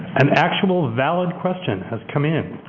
an actual, valid question has come in.